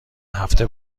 هفته